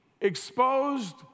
exposed